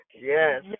Yes